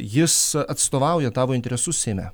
jis atstovauja tavo interesus seime